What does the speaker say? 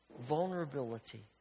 Vulnerability